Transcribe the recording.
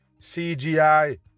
CGI